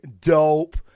dope